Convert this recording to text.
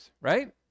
right